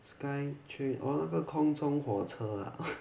sky 去 orh 那个空中火车 ah